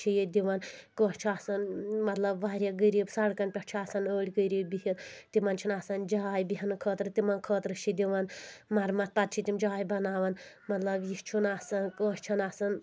چھِ ییٚتہِ دِوان کٲنٛسہِ چھُ آسان مطلب واریاہ غریٖب سڑکن پٮ۪ٹھ چھُ آسان أڈۍ غریٖب بِہِتھ تِمن چھنہٕ آسان جاے بیٚہنہٕ خٲطرٕ تِمن خٲطرٕ چھِ دِوان مرمتھ پتہٕ چھِ تِم جاے بناوان مطلب یہِ چھُنہٕ آسان کٲنٛسہِ چھُنہٕ آسان